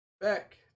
back